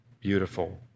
beautiful